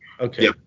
Okay